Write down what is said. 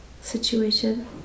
situation